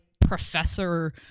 professor